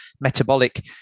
metabolic